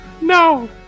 No